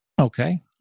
Okay